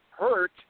hurt